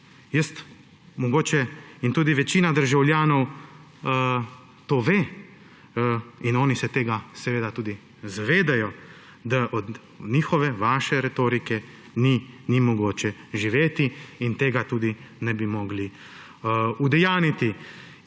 Jaz mogoče – in tudi večina državljanov to ve in oni se tega seveda tudi zavedajo, da od njihove, vaše retorike ni mogoče živeti in tega tudi ne bi mogli udejanjiti.